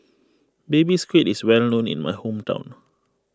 Baby Squid is well known in my hometown